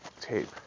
tape